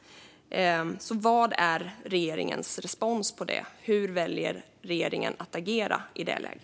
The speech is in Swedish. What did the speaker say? Vad är regeringens respons på det? Hur väljer regeringen att agera i detta läge?